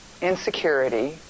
insecurity